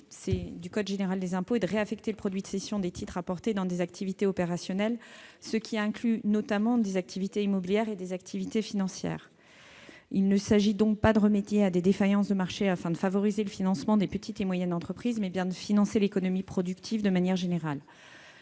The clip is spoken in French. B du code général des impôts est de réaffecter le produit de cession des titres rapportés dans des activités opérationnelles, ce qui inclut notamment des activités immobilières et des activités financières. Il s'agit donc non pas de remédier à des défaillances de marché afin de favoriser le financement des petites et moyennes entreprises, mais bien de financer l'économie productive de manière générale.